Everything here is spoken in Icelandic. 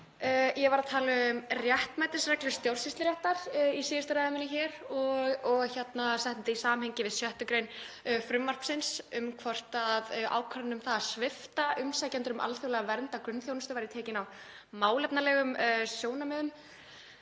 Ég var að tala um réttmætisreglu stjórnsýsluréttar í síðustu ræðu minni hér og setti hana í samhengi við 6. gr. frumvarpsins um hvort ákvörðun um að svipta umsækjendur um alþjóðlega vernd grunnþjónustu væri tekin út frá málefnalegum sjónarmiðum.